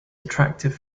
attractive